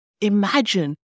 imagine